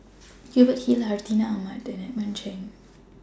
Hubert Hill Hartinah Ahmad and Edmund Cheng